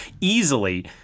easily